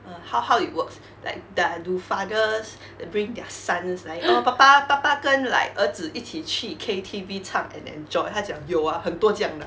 err how how it works do~ do fathers bring their sons 来 oh 爸爸跟 like 儿子一起去 K_T_V 唱 and enjoy 她讲有啊很多这样的啊